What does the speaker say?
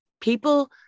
People